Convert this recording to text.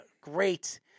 great